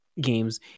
games